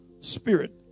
spirit